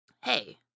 Hey